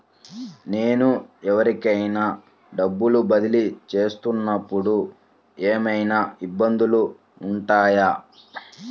నేను ఎవరికైనా డబ్బులు బదిలీ చేస్తునపుడు ఏమయినా ఇబ్బందులు వుంటాయా?